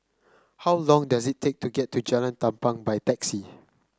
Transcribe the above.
how long does it take to get to Jalan Tampang by taxi